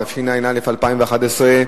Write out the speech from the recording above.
התשע"א 2011,